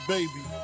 Baby